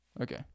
Okay